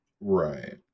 right